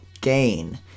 gain